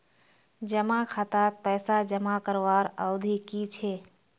जमा खातात पैसा जमा करवार अवधि की छे?